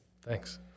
thanks